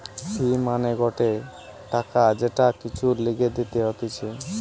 ফি মানে গটে টাকা যেটা কিছুর লিগে দিতে হতিছে